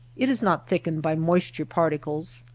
it is not thickened by moist ure particles,